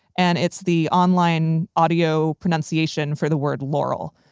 and it's the online audio pronunciation for the word, laurel,